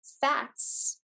fats